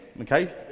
okay